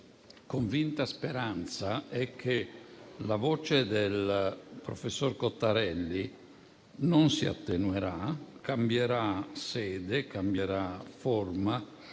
La mia convinta speranza è che la voce del professor Cottarelli non si attenuerà. Cambierà sede, cambierà forma,